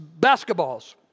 basketballs